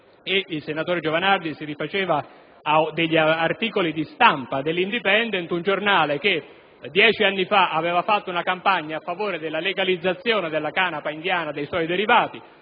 alla *cannabis*, si rifaceva ad articoli di stampa dell'«Independent», un giornale che dieci anni fa aveva svolto una campagna a favore della legalizzazione della canapa indiana e dei suoi derivati